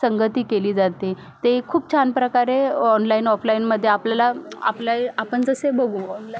संगती केली जाते ते खूप छान प्रकारे ऑनलाईन ऑफलाईनमध्ये आपल्याला आपल्या आपण जसे बघू